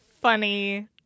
funny